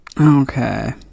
Okay